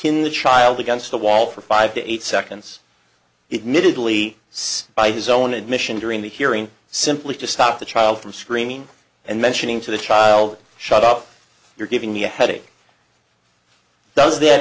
in the child against the wall for five to eight seconds it minutely says by his own admission during the hearing simply to stop the child from screaming and mentioning to the child shut up you're giving me a headache does th